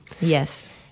Yes